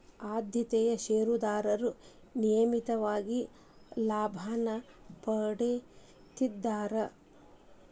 ಆದ್ಯತೆಯ ಷೇರದಾರರು ನಿಯಮಿತವಾಗಿ ಲಾಭಾನ ಪಡೇತಿರ್ತ್ತಾರಾ